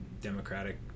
Democratic